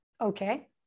okay